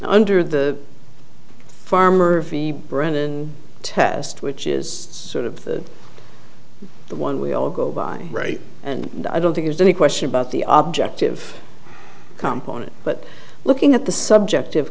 under the farmer v brennan test which is sort of the one we all go by right and i don't think there's any question about the object of company but looking at the subjective